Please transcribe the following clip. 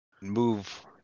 Move